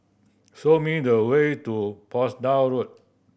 show me the way to Portsdown Road